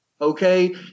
Okay